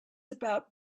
about